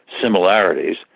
similarities